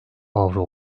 avro